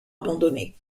abandonnés